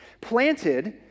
planted